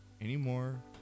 anymore